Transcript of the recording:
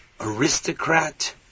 Aristocrat